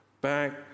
back